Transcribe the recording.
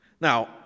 Now